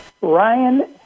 Ryan